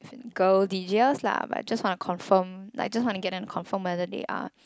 girl D Jers lah but just want to confirm like just want to get them to confirm whether they are